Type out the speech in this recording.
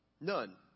none